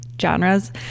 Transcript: genres